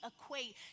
equate